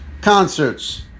concerts